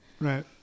right